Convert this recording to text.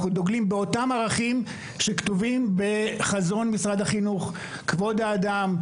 אנחנו דוגלים באותם ערכים שכתובים בחזון משרד החינוך: כבוד האדם,